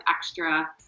extra